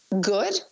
good